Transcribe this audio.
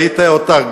והטעה גם אותך.